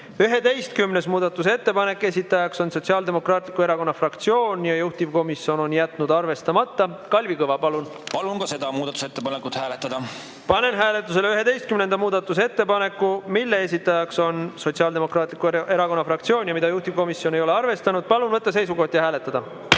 11. muudatusettepanek, esitajaks on Sotsiaaldemokraatliku Erakonna fraktsioon ja juhtivkomisjon on jätnud arvestamata. Kalvi Kõva, palun! Palun ka seda muudatusettepanekut hääletada. Palun ka seda muudatusettepanekut hääletada. Panen hääletusele 11. muudatusettepaneku, mille esitajaks on Sotsiaaldemokraatliku Erakonna fraktsioon ja mida juhtivkomisjon ei ole arvestanud. Palun võtta seisukoht ja hääletada.